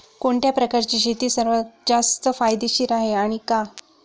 कोणत्या प्रकारची शेती सर्वात किफायतशीर आहे आणि का?